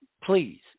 please